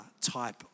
type